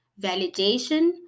validation